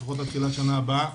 לפחות עד תחילת שנה הבאה